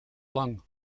lang